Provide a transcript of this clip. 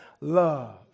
love